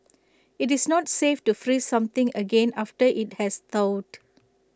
IT is not safe to freeze something again after IT has thawed